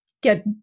get